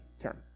term